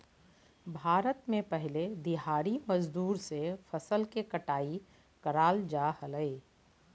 भारत में पहले दिहाड़ी मजदूर से फसल के कटाई कराल जा हलय